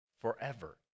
forever